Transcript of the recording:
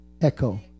echo